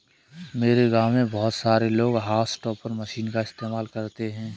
मेरे गांव में बहुत सारे लोग हाउस टॉपर मशीन का इस्तेमाल करते हैं